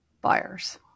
buyers